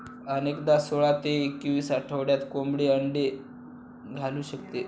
अनेकदा सोळा ते एकवीस आठवड्यात कोंबडी अंडी घालू शकते